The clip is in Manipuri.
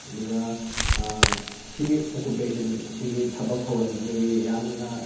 ꯑꯗꯨꯒ ꯁꯤꯒꯤ ꯑꯣꯛꯀꯨꯄꯦꯁꯟ ꯁꯤꯒꯤ ꯊꯕꯛ ꯊꯧꯔꯝꯖꯤꯗꯒꯤ ꯌꯥꯝꯅ